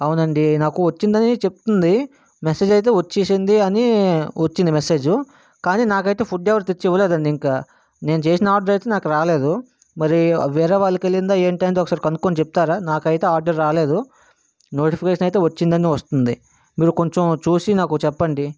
అవునండి నాకు వచ్చింది అని చెప్పుతుంది మెసేజ్ అయితే వచ్చేసింది అని వచ్చింది మెసేజ్ కానీ నాకైతే ఫుడ్ ఎవరు తెచ్చివ్వలేదు అండి ఇంకా నేను చేసిన ఆర్డర్ అయితే నాకు రాలేదు మరి వేరే వాళ్ళకి వెళ్ళిందా ఏంటి అయ్యిందో ఒకసారి కనుక్కొని చెబుతారా నాకు అయితే ఆర్డర్ రాలేదు నోటిఫికేషన్ అయితే వచ్చింది అని వస్తుంది మీరు కొంచెం చూసి నాకు చెప్పండి